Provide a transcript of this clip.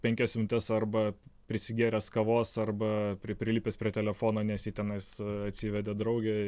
penkias minutes arba prisigėręs kavos arba pri prilipęs prie telefono nes jį tenais atsivedė draugė